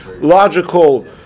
logical